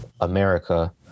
America